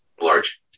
large